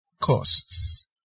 costs